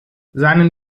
seinen